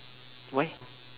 why